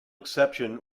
exception